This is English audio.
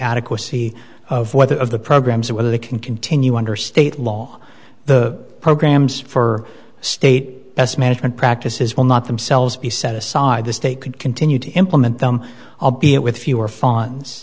adequacy of whether of the programs or whether they can continue under state law the programs for state best management practices will not themselves be set aside the state could continue to implement them albeit with fewer f